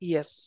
Yes